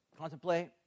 contemplate